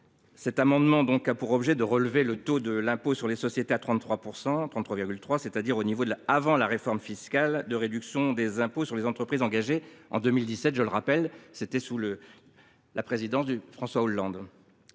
Cet amendement a pour objet de relever le taux de l’impôt sur les sociétés à 33,3 %, soit son niveau d’avant la réforme fiscale de réduction des impôts sur les entreprises qui a été engagée en 2017, sous la présidence de François Hollande.